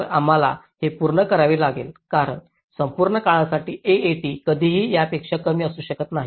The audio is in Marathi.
तर आम्हाला हे पूर्ण करावे लागेल कारण संपूर्ण काळासाठी AAT कधीही यापेक्षा कमी असू शकत नाही